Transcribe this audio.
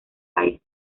país